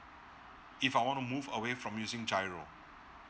if i want to move away from using giro